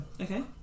Okay